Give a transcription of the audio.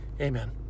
amen